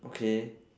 okay